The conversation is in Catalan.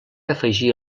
afegir